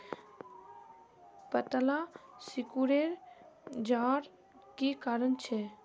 पत्ताला सिकुरे जवार की कारण छे?